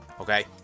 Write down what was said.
Okay